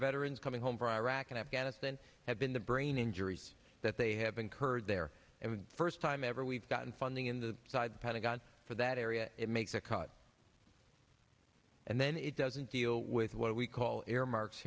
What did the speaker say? veterans coming home from iraq and afghanistan have been the brain injuries that they have incurred there and the first time ever we've gotten funding in the side the pentagon for that area it makes a cut and then it doesn't deal with what we call earmark